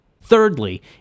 Thirdly